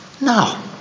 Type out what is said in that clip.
No